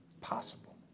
possible